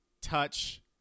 touch